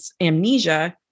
amnesia